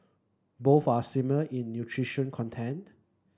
both are similar in nutrition content